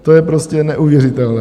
To je prostě neuvěřitelné.